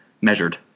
measured